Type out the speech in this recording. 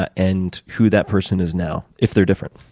ah and who that person is now, if they're different.